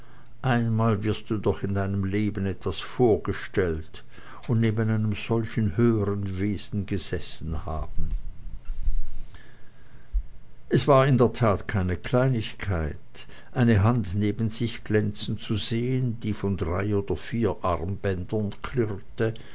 einmal wirst du doch in deinem leben etwas vorgestellt und neben einem solchen höhern wesen gesessen haben es war in der tat keine kleinigkeit eine hand neben sich glänzen zu sehen die von drei oder vier armbändern klirrte